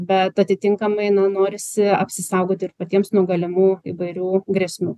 bet atitinkamai na norisi apsisaugoti ir patiems nuo galimų įvairių grėsmių